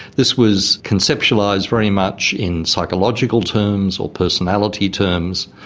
this was conceptualised very much in psychological terms or personality terms.